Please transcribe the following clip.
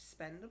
spendable